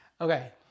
Okay